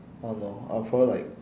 I don't know I'll probably like